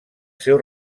seu